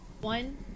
One